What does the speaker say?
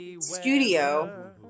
studio